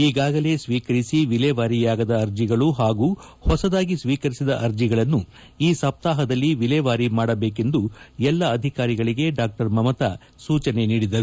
ಈಗಾಗಲೇ ಸ್ವೀಕರಿಸಿ ವಿಲೇವಾರಿಯಾಗದ ಅರ್ಜಿಗಳು ಹಾಗೂ ಹೊಸದಾಗಿ ಸ್ವೀಕರಿಸಿದ ಅರ್ಜಿಗಳನ್ನು ಈ ಸಪ್ತಾಹದಲ್ಲಿ ವಿಲೇವಾರಿ ಮಾಡಬೇಕೆಂದು ಎಲ್ಲಾ ಅಧಿಕಾರಿಗಳಿಗೆ ಡಾ ಮಮತಾ ಸೂಚನೆ ನೀಡಿದರು